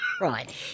right